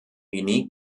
unique